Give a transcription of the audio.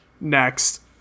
Next